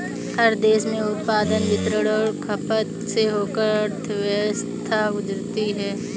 हर देश में उत्पादन वितरण और खपत से होकर अर्थव्यवस्था गुजरती है